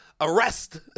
arrest